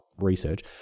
research